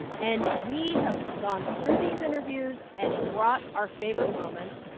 and we have gone through these interviews and brought our favorite moments.